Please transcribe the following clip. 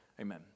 Amen